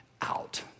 out